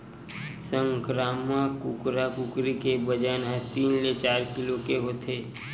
संकरामक कुकरा कुकरी के बजन ह तीन ले चार किलो के होथे